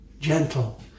gentle